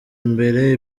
imbere